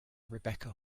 rebekah